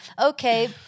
okay